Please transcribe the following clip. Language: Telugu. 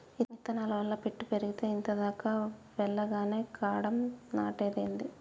ఇత్తనాల వల్ల పెట్టు పెరిగేతే ఇంత దాకా వెల్లగానే కాండం నాటేదేంది